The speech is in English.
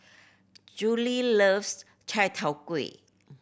Julie loves chai tow kway